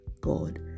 god